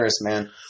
man